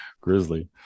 grizzly